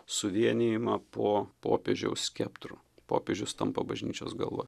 suvienijimą po popiežiaus skeptru popiežius tampa bažnyčios galva